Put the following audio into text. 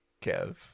Kev